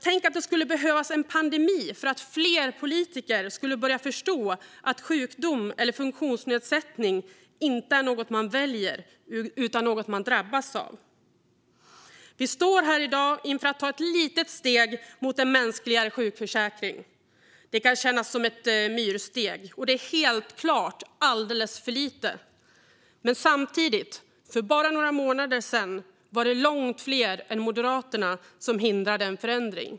Tänk att det skulle behövas en pandemi för att fler politiker skulle börja förstå att sjukdom eller funktionsnedsättning inte är något man väljer utan något man drabbas av. Vi står här i dag inför att ta ett litet steg i riktning mot en mänskligare sjukförsäkring. Det kan kännas som ett myrsteg, och det är helt klart alldeles för lite, men för bara några månader sedan var det långt fler än Moderaterna som hindrade en förändring.